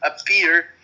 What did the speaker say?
appear